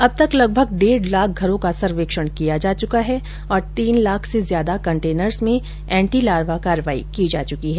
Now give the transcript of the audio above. अब तक लगभग डेढ लाख घरों का सर्वेक्षण किया जा चुका है और तीन लाख से अधिक कंटेनर्स में एंटी लार्वा कार्रवाई की जा चुकी है